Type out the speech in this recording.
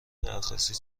درخواستی